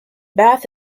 bath